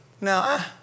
Now